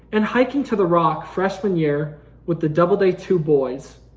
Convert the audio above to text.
and hiking to the rock freshman year with the doubleday two boys,